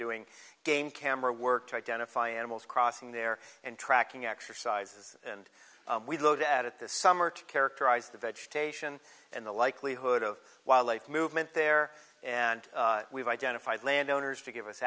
doing game camera work to identify animals crossing there and tracking exercises and we look at it this summer to characterize the vegetation and the likelihood of wildlife movement there and we've identified landowners to give us